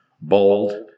Bold